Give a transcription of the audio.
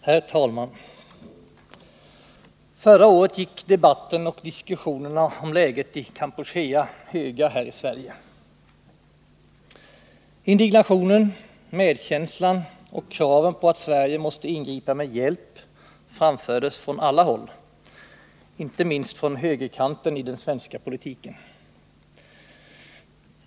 Herr talman! Förra året gick vågorna högt i debatten och diskussionerna om läget i Kampuchea här i Sverige. Indignationen, medkänslan och kraven på att Sverige måste ingripa med hjälp framfördes från alla håll, inte minst från högerkanten i den svenska politiken.